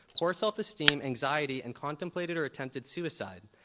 poor self-esteem, anxiety, and contemplated or attempted suicide.